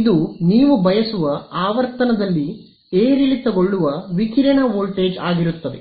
ಇದು ನೀವು ಬಯಸುವ ಆವರ್ತನದಲ್ಲಿ ಏರಿಳಿತಗೊಳ್ಳುವ ವಿಕಿರಣ ವೋಲ್ಟೇಜ್ ಆಗಿರುತ್ತದೆ